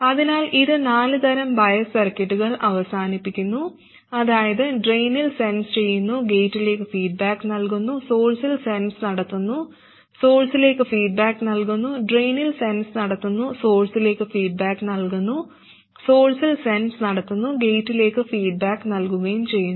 അതിനാൽ ഇത് നാല് തരം ബയസ് സർക്യൂട്ടുകൾ അവസാനിപ്പിക്കുന്നു അതായത് ഡ്രെയിനിൽ സെൻസ് ചെയ്യുന്നു ഗേറ്റിലേക്ക് ഫീഡ്ബാക്ക് നൽകുന്നു സോഴ്സിൽ സെൻസ് നടത്തുന്നു സോഴ്സിലേക്ക് ഫീഡ്ബാക്ക് നൽകുന്നു ഡ്രെയിനിൽ സെൻസ് നടത്തുന്നു സോഴ്സിലേക്ക് ഫീഡ്ബാക്ക് നൽകുന്നു സോഴ്സിൽ സെൻസ് നടത്തുന്നു ഗേറ്റിലേക്ക് ഫീഡ്ബാക്ക് നൽകുകയും ചെയ്യുന്നു